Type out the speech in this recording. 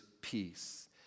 peace